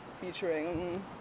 featuring